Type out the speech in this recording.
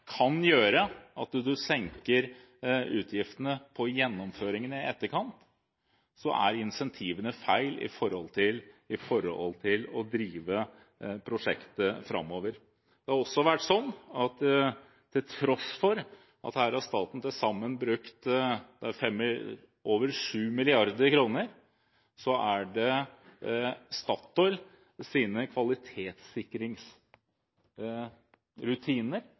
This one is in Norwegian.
kan gjøre at du senker utgiftene på gjennomføringen i etterkant, er incentivene feil med tanke på å drive prosjektet framover. Det har også vært sånn at til tross for at staten her til sammen har brukt over 7 mrd. kr, er det Statoils kvalitetssikringsrutiner som er